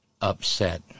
upset